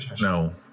no